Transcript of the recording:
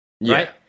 right